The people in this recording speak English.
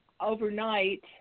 overnight